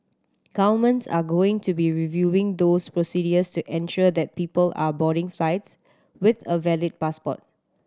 governments are going to be reviewing those procedures to ensure that people are boarding flights with a valid passport